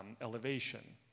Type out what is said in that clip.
elevation